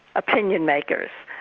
opinion makers,